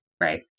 right